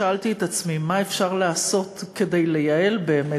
שאלתי את עצמי מה אפשר לעשות כדי לייעל באמת,